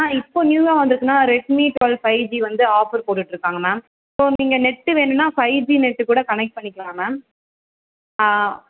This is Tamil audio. ஆ இப்போது நியூவாக வந்திருக்குன்னா ரெட்மீ டுவெல் ஃபைவ் ஜி வந்து ஆஃபர் போட்டுட்டுருக்காங்க மேம் இப்போது நீங்கள் நெட்டு வேணும்னா ஃபைவ் ஜி நெட்டுக்கூட கனெக்ட் பண்ணிக்கலாம் மேம்